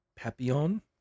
Papillon